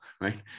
right